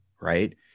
right